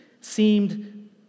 seemed